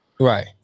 Right